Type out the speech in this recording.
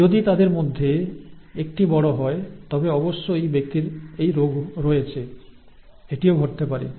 যদি তাদের মধ্যে একটি বড় হয় তবে অবশ্যই ব্যক্তির এই রোগ রয়েছে এটিও ঘটতে পারে